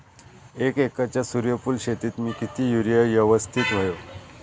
एक एकरच्या सूर्यफुल शेतीत मी किती युरिया यवस्तित व्हयो?